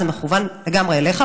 זה מכוון לגמרי אליך,